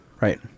right